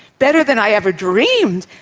better than i ever dreamed.